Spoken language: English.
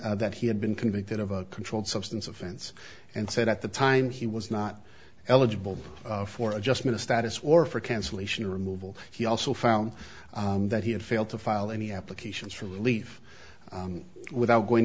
out that he had been convicted of a controlled substance offense and said at the time he was not eligible for adjustment of status or for cancellation removal he also found that he had failed to file any applications for relief without going